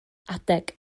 adeg